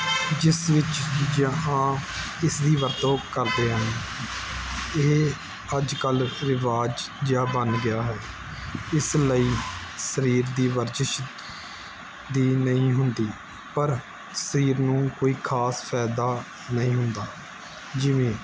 ਜਿਸ ਵਿੱਚ ਜਹਾਂ ਇਸਦੀ ਵਰਤੋਂ ਕਰਦੇ ਹਨ ਇਹ ਅੱਜ ਕੱਲ੍ਹ ਰਿਵਾਜ ਜਿਹਾ ਬਣ ਗਿਆ ਹੈ ਇਸ ਲਈ ਸਰੀਰ ਦੀ ਵਰਜਿਸ਼ ਦੀ ਨਹੀਂ ਹੁੰਦੀ ਪਰ ਸਰੀਰ ਨੂੰ ਕੋਈ ਖਾਸ ਫਾਇਦਾ ਨਹੀਂ ਹੁੰਦਾ ਜਿਵੇਂ